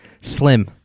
Slim